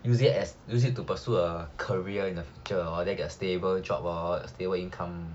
use it as use it to pursue a career in the future hor then get stable job hor stable income